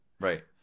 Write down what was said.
Right